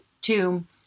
tomb